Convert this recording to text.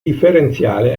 differenziale